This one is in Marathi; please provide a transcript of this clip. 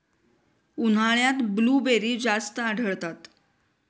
उन्हाळ्यात ब्लूबेरी जास्त आढळतात